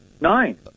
Nine